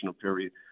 period